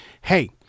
hey